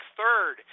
third